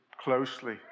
closely